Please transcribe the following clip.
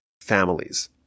families